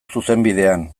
zuzenbidean